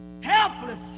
helpless